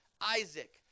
Isaac